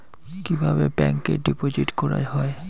কিভাবে ব্যাংকে ডিপোজিট করা হয়?